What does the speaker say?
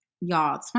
y'all